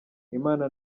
imana